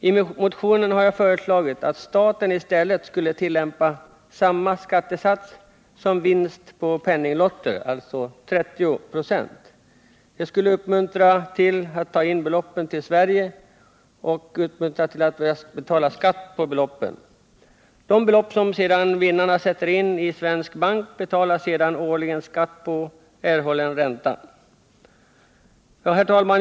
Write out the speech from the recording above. I motionen har jag föreslagit att staten i stället skall tillämpa samma skattesats som för vinst på penninglotter, alltså 30 96. Detta skulle uppmuntra till att ta in beloppen till Sverige och betala skatt på dem. I fråga om de belopp som vinnarna sätter in i svensk bank betalas sedan årligen skatt på erhållen ränta. Herr talman!